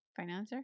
Financer